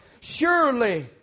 Surely